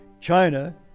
China